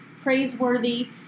praiseworthy